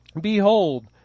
Behold